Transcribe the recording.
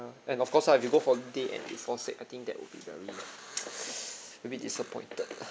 and of course lah if you go for date and you fall sick I think that would be very maybe disappointed lah